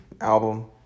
album